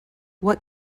what